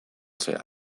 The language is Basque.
zehar